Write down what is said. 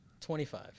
Twenty-five